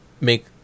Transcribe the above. make